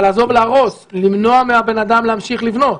עזוב להרוס, למנוע מהבן אדם להמשיך לבנות.